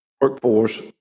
workforce